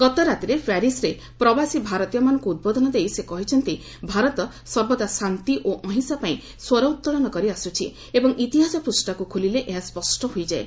ଗତ ରାତିରେ ପ୍ୟାରିସ୍ରେ ପ୍ରବାସୀ ଭାରତୀୟମାନଙ୍କ ଉଦ୍ବୋଧନ ଦେଇ ସେ କହିଛନ୍ତି ଭାରତ ସର୍ବଦା ଶାନ୍ତି ଓ ଅହିଂସା ପାଇଁ ସ୍ପର ଉତ୍ତୋଳନ କରି ଆସ୍ତ୍ରିଛି ଏବଂ ଇତିହାସ ପୃଷ୍ଠାକୃ ଖୋଲିଲେ ଏହା ସ୍ୱଷ୍ଟ ହୋଇଯାଏ